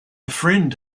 friend